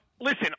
Listen